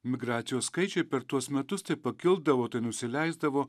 migracijos skaičiai per tuos metus tai pakildavo tai nusileisdavo